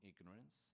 ignorance